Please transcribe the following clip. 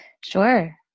Sure